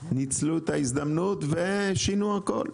ניצלו את ההזדמנות ושינו הכול.